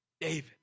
David